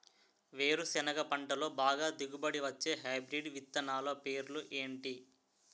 వేరుసెనగ పంటలో బాగా దిగుబడి వచ్చే హైబ్రిడ్ విత్తనాలు పేర్లు ఏంటి?